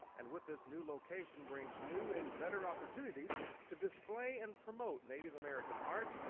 and with this new location brings new and better opportunites to display and promote native american art,